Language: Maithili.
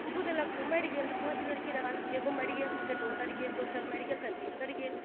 छू देलक तऽ ओ मरि गेल तऽ पाँच लड़की रहल एगो मरि गेल तऽ फेर दोसर गेल दोसर मरि गेल तऽ तेसर गेल